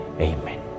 Amen